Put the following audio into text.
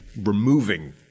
removing